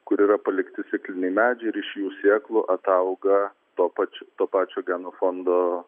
kur yra palikti sėkliniai medžiai ir iš jų sėklų atauga tuo pačiu to pačio genofondo